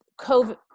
COVID